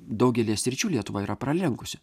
daugelyje sričių lietuvą yra pralenkusi